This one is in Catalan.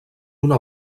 una